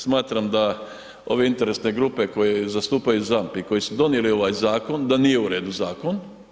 Smatram da ove interesne grupe koje zastupaju ZAMP i koje su donijele ovaj zakon, da nije u redu zakon.